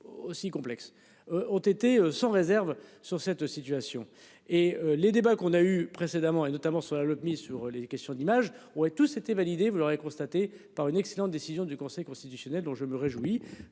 Aussi complexes ont été sans réserve sur cette situation et les débats qu'on a eues précédemment et notamment sur la l'mise sur les questions d'image ou et tout c'était validé, vous l'aurez constaté par une excellente décision du Conseil constitutionnel dont je me réjouis